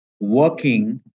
working